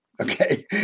Okay